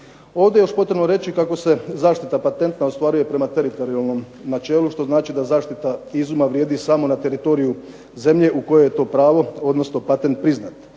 Ovdje je još potrebno reći kako se zaštita patenta ostvaruje prema teritorijalnom načelu što znači da zaštita izuma vrijedi samo na teritoriju zemlje u kojoj je to pravo odnosno patent priznat.